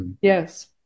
Yes